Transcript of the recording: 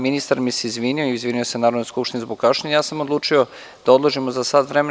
Ministar mi se izvinio, izvinio se Narodnoj skupštini zbog kašnjenja i ja sam odlučio da odložimo za sat vremena.